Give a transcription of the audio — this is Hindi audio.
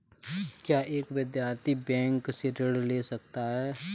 क्या एक विद्यार्थी बैंक से ऋण ले सकता है?